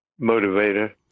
motivator